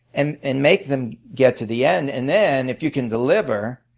and and make them get to the end. and then if you can deliver,